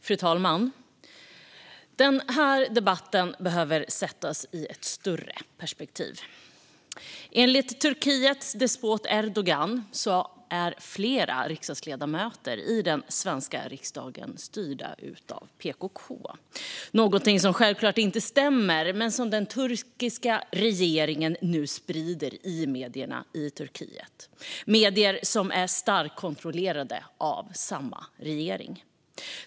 Fru talman! Den här debatten behöver sättas i ett större perspektiv. Enligt Turkiets despot Erdogan är flera riksdagsledamöter i den svenska riksdagen styrda av PKK. Detta är något som självklart inte stämmer men som den turkiska regeringen nu sprider i medierna i Turkiet - medier som är starkt kontrollerade av regeringen.